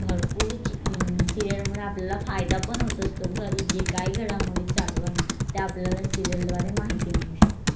भरपूर सिरियलमुळे आपल्याला फायदा पण होत असतो घरी जे काय घडामोडी चालू आहे त्या आपल्याला सिरियलद्वारे माहिती मिळू शकते